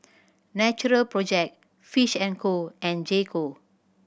Natural Project Fish and Co and J Co